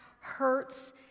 hurts